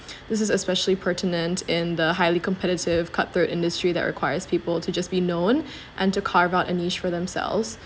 this is especially pertinent in the highly competitive cut-throat industry that requires people to just be known and to carve out a niche for themselves